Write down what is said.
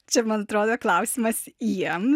čia man atrodo klausimas jiem